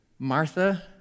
Martha